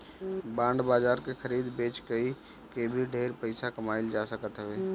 bond बाजार के खरीद बेच कई के भी ढेर पईसा कमाईल जा सकत हवे